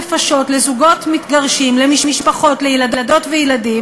אחד ההיגדים